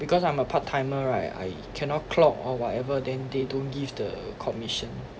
because I'm a part timer right I cannot clock or whatever then they don't give the commission